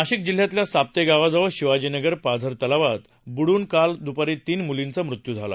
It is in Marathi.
नाशिक जिल्ह्यातल्या साप्ते गावाजवळ शिवाजीनगर पाझर तलावात बुडून काल दुपारी तीन मुलींचा मृत्यू झाला